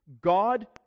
God